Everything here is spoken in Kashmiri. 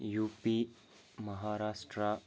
U P Maharashtra